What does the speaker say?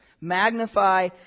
Magnify